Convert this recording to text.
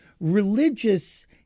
religious